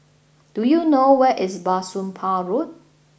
do you know where is Bah Soon Pah Road